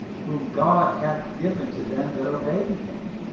whom god hath given to them that obey him.